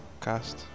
cast